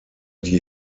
die